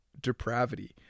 depravity